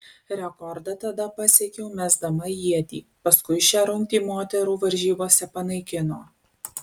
rekordą tada pasiekiau mesdama ietį paskui šią rungtį moterų varžybose panaikino